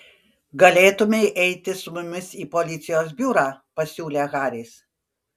galėtumei eiti su mumis į policijos biurą pasiūlė haris